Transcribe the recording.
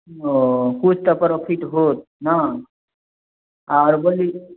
ओ किछु तऽ प्रॉफिट होत नहि ई बोलिऔ ने